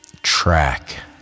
track